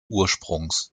ursprungs